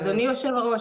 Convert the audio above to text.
אדוני יושב הראש,